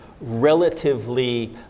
relatively